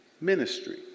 ministry